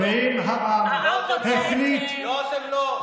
ואם העם החליט, לא, אתם לא.